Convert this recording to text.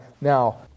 now